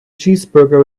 cheeseburger